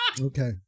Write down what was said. Okay